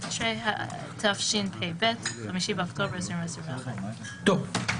בתשרי התשפ"ב (5 באוקטובר 2021)." טוב.